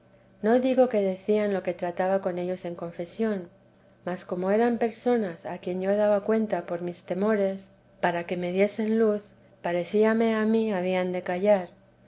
no digo que decían lo que trataba con ellos en confesión mas como eran personas a quien yo daba cuenta por mis temores para que me diesen luz parecíame a mí habían de callar